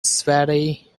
sweaty